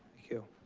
thank you.